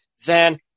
Zan